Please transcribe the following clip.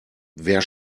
wer